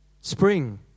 Spring